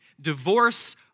divorce